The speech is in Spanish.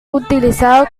utilizado